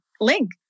link